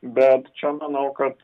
bet čia manau kad